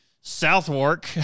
Southwark